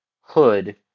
hood